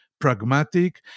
pragmatic